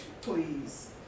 please